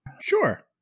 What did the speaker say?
sure